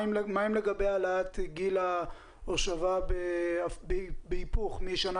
מה לגבי העלאת גיל הושבה בהיפוך משנה